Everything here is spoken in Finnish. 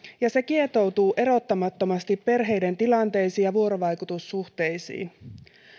ja se kietoutuu erottamattomasti perheiden tilanteisiin ja vuorovaikutussuhteisiin